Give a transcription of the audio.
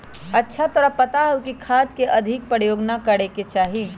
अच्छा तोरा पता हाउ खाद के अधिक प्रयोग ना करे के चाहि?